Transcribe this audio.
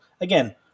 again